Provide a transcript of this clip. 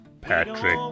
Patrick